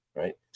right